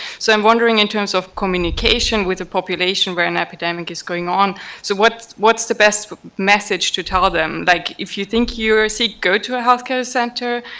so i'm wondering in terms of communication with a population where an epidemic is going on so what what's the best message to tell them? like, if you think you're sick, go to a health care center?